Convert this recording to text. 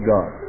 God